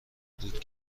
بود